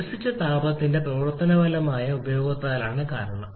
നിരസിച്ച താപത്തിന്റെ ഫലപ്രദമായ ഉപയോഗത്തിലാണ് കാരണം